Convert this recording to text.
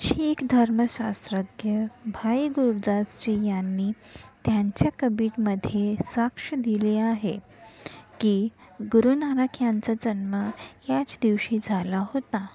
शीख धर्मशास्त्रज्ञ भाई गुरदासजी यांनी त्यांच्या कबितमध्ये साक्ष दिली आहे की गुरु नानक यांचा जन्म याच दिवशी झाला होता